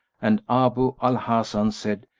and abu al-hasan said,